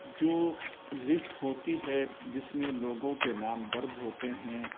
جو لسٹ ہوتی ہے جس میں لوگوں کے نام درج ہوتے ہیں